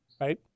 right